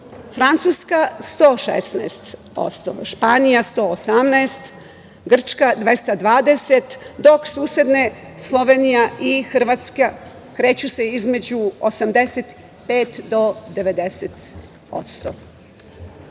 Francuskoj 116%, Španiji 118%, Grčka 220%, dok susedne Slovenija i Hrvatska kreću se između 85 do